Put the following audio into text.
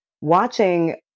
watching